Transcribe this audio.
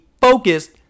focused